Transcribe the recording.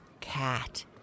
cat